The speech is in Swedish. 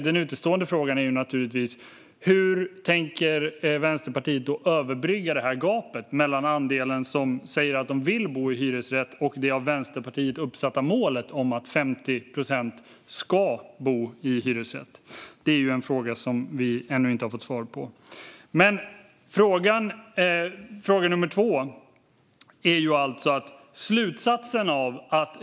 Den utestående frågan är naturligtvis: Hur tänker Vänsterpartiet överbrygga gapet mellan andelen som säger sig vilja bo i hyresrätt och det av Vänsterpartiet uppsatta målet om att 50 procent ska bo i hyresrätt? Det är en fråga vi ännu inte har fått svar på. Sedan har vi fråga nummer två.